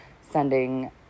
sending